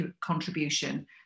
contribution